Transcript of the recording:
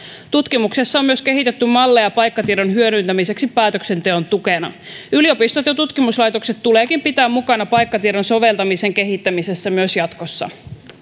tutkimuksessa on myös kehitetty malleja paikkatiedon hyödyntämiseksi päätöksenteon tukena yliopistot ja tutkimuslaitokset tuleekin pitää mukana paikkatiedon soveltamisen kehittämisessä myös jatkossa